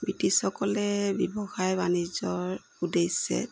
ব্ৰিটিছসকলে ব্যৱসায় বাণিজ্যৰ উদ্দেশ্যে